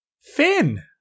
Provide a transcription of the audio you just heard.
Finn